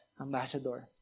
ambassador